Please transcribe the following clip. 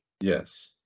Yes